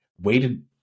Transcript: waited